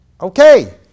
Okay